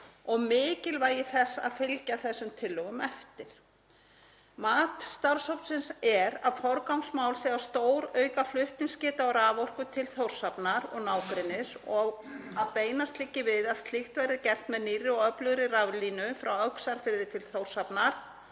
og mikilvægi þess að fylgja þessum tillögum eftir. Mat starfshópsins er að forgangsmál sé að stórauka flutningsgetu á raforku til Þórshafnar og nágrennis og að beinast liggi við að slíkt verði gert með nýrri og öflugri raflínu frá Öxarfirði til Þórshafnar,